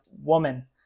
woman